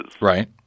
Right